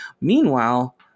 Meanwhile